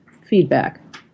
feedback